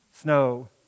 snow